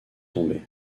tombé